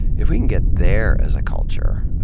if we can get there as a culture,